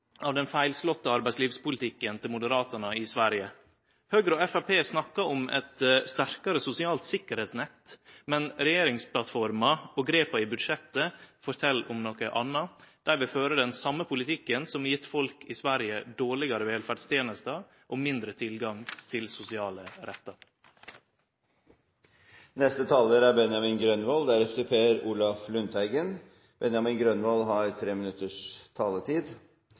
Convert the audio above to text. av den feilslåtte arbeidslivspolitikken til Moderaterna i Sverige. Høgre og Framstegspartiet snakkar om eit sterkare sosialt sikkerheitsnett, men regjeringsplattforma og grepa i budsjettet fortel om noko anna – dei vil føre den same politikken som har gjeve folk i Sverige dårlegare velferdstenester og mindre tilgang til sosiale rettar. De talere som heretter får ordet, har en taletid på inntil 3 minutter. Det blir stadig flere barn i